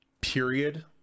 period